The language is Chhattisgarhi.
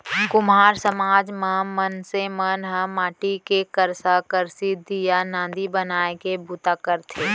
कुम्हार समाज म मनसे मन ह माटी के करसा, करसी, दीया, नांदी बनाए के बूता करथे